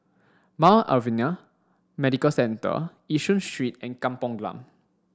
Mount Alvernia Medical Centre Yishun Street and Kampong Glam